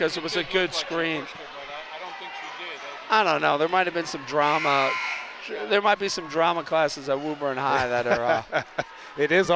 because it was a good scream i don't know there might have been some drama there might be some drama classes i will burn hot that it is